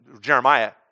Jeremiah